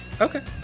Okay